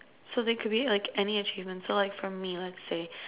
so they could be like any achievement so like for me let's say